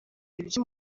ibyo